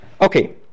Okay